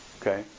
okay